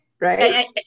right